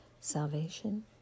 Salvation